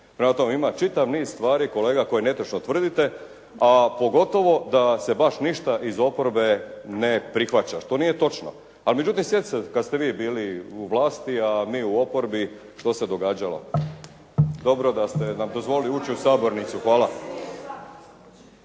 Prema tome, ima čitav niz stvari kolega koje netočno tvrdite, a pogotovo da se baš ništa iz oporbe ne prihvaća što nije točno. A međutim, sjetite se kad ste vi bili na vlasti, a mi u oporbi, što se događalo. Dobro da ste nam dozvolili ući u sabornicu. Hvala.